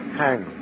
hang